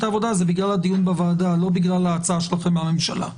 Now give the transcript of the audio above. העבודה זה בגלל הדיון בוועדה לא בגלל ההצעה שלכם הממשלה.